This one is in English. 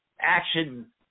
action